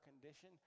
condition